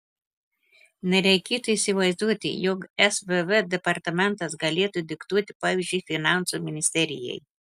nereikėtų įsivaizduoti jog svv departamentas galėtų diktuoti pavyzdžiui finansų ministerijai